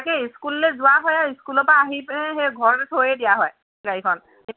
তাকে স্কুললে যোৱা হয় আৰু স্কুলৰ পৰা আহি পেলাই সেই ঘৰত থৈয়ে দিয়া হয় গাড়ীখন